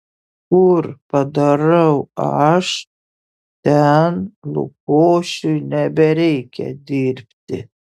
kur padarau aš ten lukošiui nebereikia dirbti